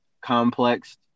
complex